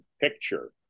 picture